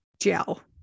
gel